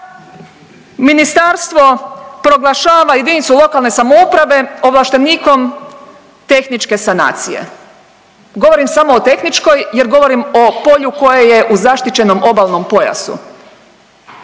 da ministarstvo proglašava JLS ovlaštenikom tehničke sanacije, govorim samo o tehničkoj jer govorim o polju koje je u zaštićenom obalnom pojasu